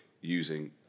using